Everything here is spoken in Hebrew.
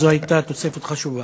זו הייתה תוספת חשובה.